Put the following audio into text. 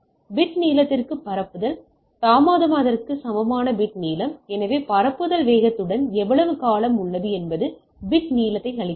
bit நீளத்திற்கு பரப்புதல் தாமதத்திற்கு சமமான பிட் நீளம் எனவே பரப்புதல் வேகத்துடன் எவ்வளவு காலம் உள்ளது என்பது பிட் நீளத்தை அளிக்கிறது